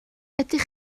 ydych